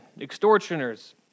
extortioners